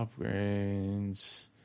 upgrades